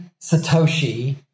Satoshi